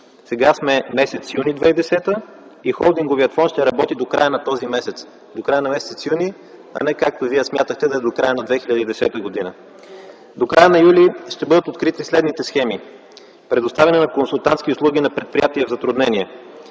Сега сме м. юни 2010 г. и холдинговият фонд ще работи до края на този месец, а не както вие смятахте – до края на 2010 г. До края на юли ще бъдат открити и следните схеми: предоставяне на консултантски услуги на предприятия в затруднение;